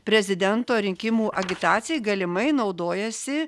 prezidento rinkimų agitacijai galimai naudojasi